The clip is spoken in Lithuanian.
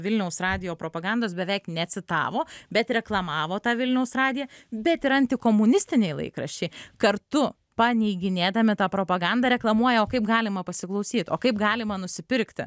vilniaus radijo propagandos beveik necitavo bet reklamavo tą vilniaus radiją bet yra antikomunistiniai laikraščiai kartu paneiginėdami tą propagandą reklamuoja o kaip galima pasiklausyt o kaip galima nusipirkti